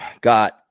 got